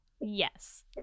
Yes